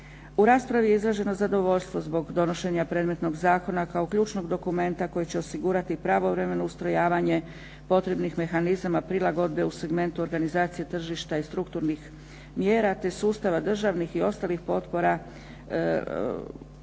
U raspravi je izraženo zadovoljstvo zbog donošenja predmetnog zakona kao ključnog dokumenta koji će osigurati pravovremeno ustrojavanje potrebnih mehanizama prilagodbe u segmentu organizacije tržišta i strukturnih mjera, te sustava državnih i ostalih potpora u